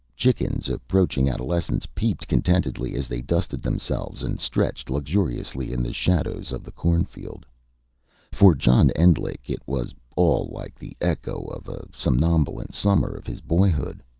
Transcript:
chickens, approaching adolescence, peeped contentedly as they dusted themselves and stretched luxuriously in the shadows of the cornfield for john endlich it was all like the echo of a somnolent summer of his boyhood.